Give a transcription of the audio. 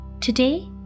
Today